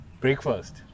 breakfast